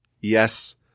Yes